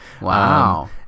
Wow